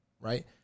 right